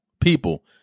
people